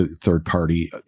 third-party